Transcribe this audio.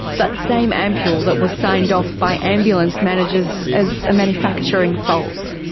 but same ampule that was signed off by ambulance managers as manufacturing fault.